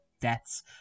deaths